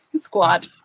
squad